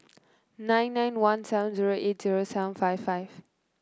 nine nine one seven zero eight zero seven five five